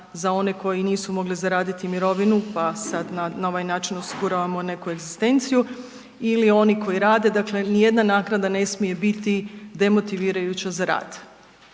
za one koji nisu mogli zaraditi mirovinu pa sad na ovaj način osiguravamo neku egzistenciju ili oni koji rade, dakle nijedna naknada ne smije biti demotivirajuća za rad.